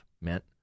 meant